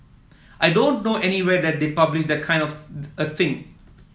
I don't know anywhere that they publish that kind of a thing